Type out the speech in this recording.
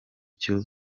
cyo